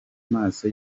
maso